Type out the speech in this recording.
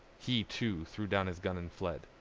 he, too, threw down his gun and fled.